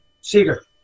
Seager